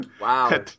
Wow